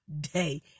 day